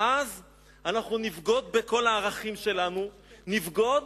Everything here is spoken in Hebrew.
ואז אנחנו נבגוד בכל הערכים שלנו, נבגוד